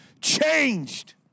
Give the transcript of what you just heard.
changed